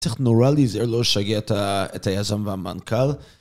צריך נורא להיזהר לא לשגע את היזם והמנכ"ל.